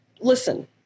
listen